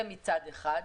זה מצד אחד.